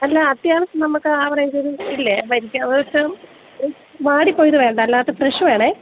അല്ല അത്യാവശ്യം നമുക്ക് ആവറേജൊരു ഇല്ലേ വരിക്ക വാടിപ്പോയത് വേണ്ട അല്ലാത്ത ഫ്രഷ് വേണം